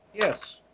Yes